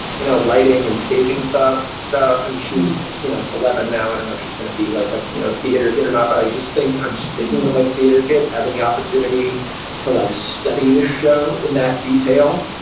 you know, lighting and staging stuff. and she's you know eleven now. and and um she's gonna be like a you know theater kid or not, but i just think i'm just thinking of, like, theater kids having the opportunity to, like, study this show in that detail.